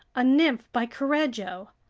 a nymph by correggio,